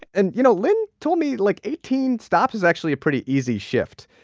and, you know, lynne told me, like, eighteen stops is actually a pretty easy shift.